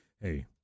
Hey